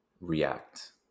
react